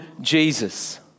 Jesus